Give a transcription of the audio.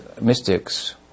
mystics